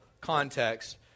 context